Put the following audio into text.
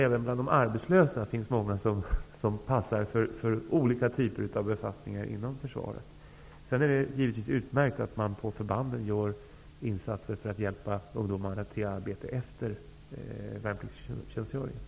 Även bland de arbetslösa finns många som passar för olika typer av befattningar inom försvaret. Givetvis är det utmärkt att man på förbanden gör insatser för att hjälpa ungdomarna till arbete efter värnpliktstjänstgöringen.